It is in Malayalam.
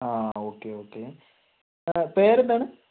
ആ ഓക്കെ ഓക്കെ പേരെന്താണ്